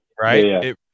right